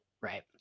Right